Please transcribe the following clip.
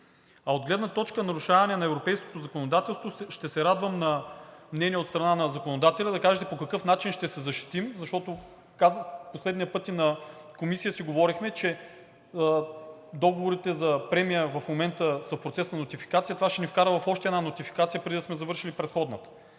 А от гледна точка нарушаване на европейското законодателство ще се радвам на мнение от страна на законодателя да кажете по какъв начин ще се защитим. Защото последния път и на Комисията си говорихме, че договорите за премия в момента са в процес на нотификация, това ще ни вкара в още една нотификация, преди да сме завършили предходната.